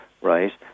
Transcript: right